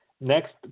Next